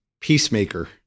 peacemaker